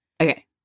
Okay